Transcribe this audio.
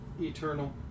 Eternal